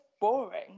boring